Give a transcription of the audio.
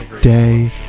day